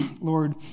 Lord